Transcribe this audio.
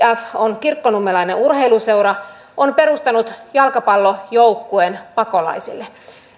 on kirkkonummelainen urheiluseura joka on perustanut jalkapallojoukkueen pakolaisille